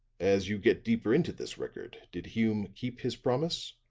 as you get deeper into this record, did hume keep his promise?